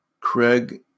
Craig